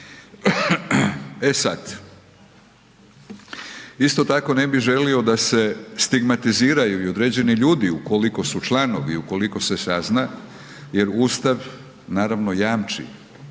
E sad, isto tako, ne bi želio da se stigmatiziraju i određeni ljudi ukoliko su članovi, ukoliko se sazna jer Ustav, naravno, jamči,